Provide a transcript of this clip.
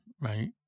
right